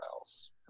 else